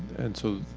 and so